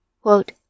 Quote